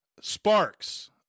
Sparks